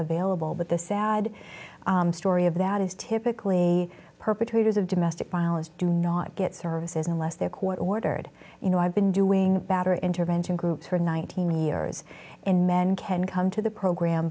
available but the sad story of that is typically perpetrators of domestic violence do not get services unless they're court ordered you know i've been doing better intervention group her nineteen years and men can come to the program